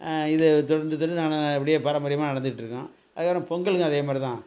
இது தொன்று தொட்டு நாங்கள் அப்படியே பாரம்பரியமாக நடந்துகிட்டு இருக்கோம் அதுக்கு அப்புறம் பொங்கலுக்கும் அதே மாதிரி தான்